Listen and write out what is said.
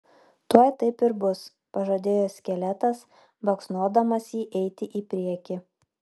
tuoj taip ir bus pažadėjo skeletas baksnodamas jį eiti į priekį